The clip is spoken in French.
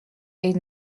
est